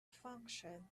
function